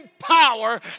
power